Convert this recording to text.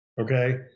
okay